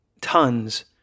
tons